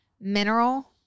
Mineral